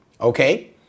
Okay